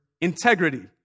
integrity